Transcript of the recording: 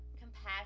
compassion